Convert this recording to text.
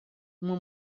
uma